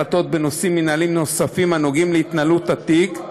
ולקבלת החלטות בנושאים מינהליים נוספים הנוגעים להתנהלות התיק,